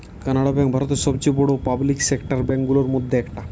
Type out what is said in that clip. Canara bank ভারতের সবচেয়ে বড়ো পাবলিক সেক্টর ব্যাঙ্ক গুলোর মধ্যে একটা